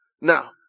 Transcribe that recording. Now